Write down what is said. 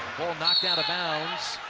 ball knocked out of bounds.